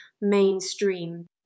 mainstream